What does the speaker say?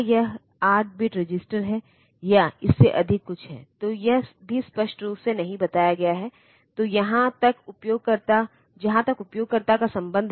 इसलिए machine language में 8085 के लिए लिखे गए प्रोग्राम को 6800 में निष्पादित नहीं किया जा सकता है और इसके विपरीत